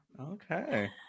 okay